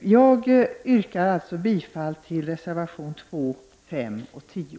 Jag yrkar bifall till reservationerna 2, 5 och 10.